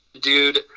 Dude